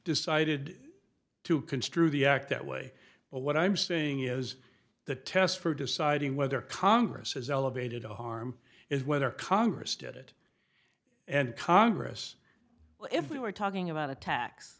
decided to construe the act that way but what i'm saying is the test for deciding whether congress is elevated to harm is whether congress did it and congress well if we were talking about a ta